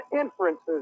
inferences